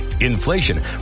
inflation